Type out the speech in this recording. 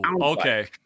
okay